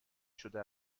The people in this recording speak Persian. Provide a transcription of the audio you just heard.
شده